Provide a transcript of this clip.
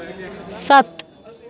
ਸੱਤ